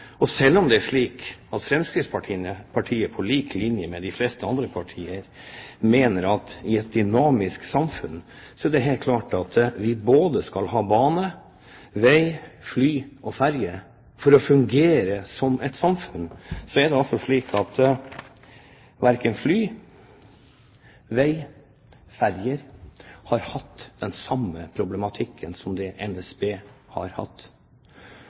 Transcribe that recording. Og selv om Fremskrittspartiet, på lik linje med de fleste andre partier, mener at i et dynamisk samfunn er det helt klart at vi skal ha både bane, vei, fly og ferje for å fungere som et samfunn, er det slik at verken fly, vei eller ferjer har hatt den samme problematikken som NSB har hatt.